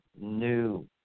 new